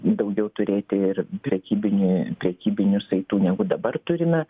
daugiau turėti ir prekybinį prekybinių saitų negu dabar turime